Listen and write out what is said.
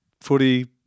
footy